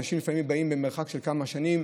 אנשים לפעמים באים ממרחק זמן של כמה שנים,